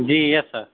جی yes سر